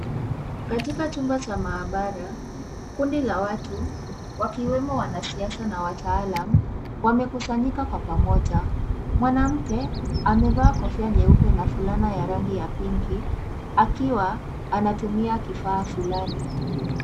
Katika chumba cha maabara kundi la watu wakiwemo wanasiasa na wataalam wamekusanyika kwa pamoja . Mwanamke amevaa kofia nyeupe na fulana ya rangi ya pinki akiwa anatumia kifaa fulani.